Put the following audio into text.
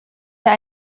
hier